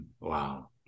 Wow